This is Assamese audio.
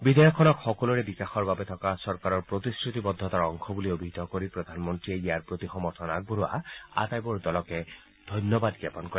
বিধেয়কখনক সকলোৰে বিকাশৰ বাবে থকা চৰকাৰৰ প্ৰতিশ্ৰুতিবদ্ধতাৰ অংশ বুলি অভিহিত কৰি প্ৰধানমন্ত্ৰীয়ে বিধেয়কখনৰ প্ৰতি সমৰ্থন আগবঢ়োৱা আটাইবোৰ দলকে ধন্যবাদ জ্ঞাপন কৰে